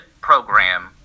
program